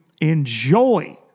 enjoy